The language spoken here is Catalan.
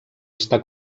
està